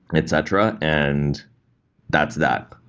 etc, and that's that.